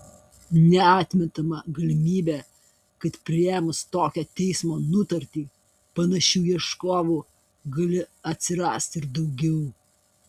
neatmetama galimybė kad priėmus tokią teismo nutartį panašių ieškovų gali atsirasti ir daugiau